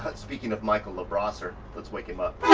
but speaking of michael labrasseur, let's wake him up.